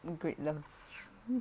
great love